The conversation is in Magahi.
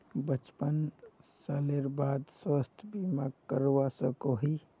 पचपन सालेर बाद स्वास्थ्य बीमा करवा सकोहो ही?